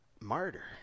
Martyr